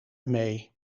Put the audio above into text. mee